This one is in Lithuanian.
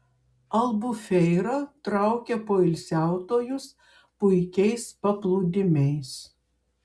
albufeira traukia poilsiautojus puikiais paplūdimiais